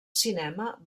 cinema